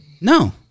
no